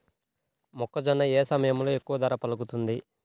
మొక్కజొన్న ఏ సమయంలో ఎక్కువ ధర పలుకుతుంది?